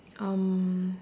um